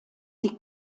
sie